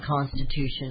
Constitution